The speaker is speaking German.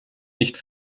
nicht